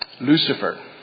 Lucifer